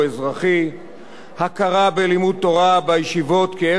הכרה בלימוד תורה בישיבות כערך חשוב במדינת ישראל